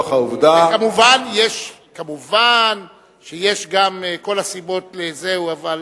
כמובן, יש גם כל הסיבות לזה, אבל,